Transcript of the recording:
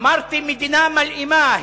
אמרתי: מדינה מלאימה.